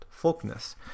Folkness